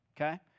okay